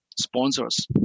sponsors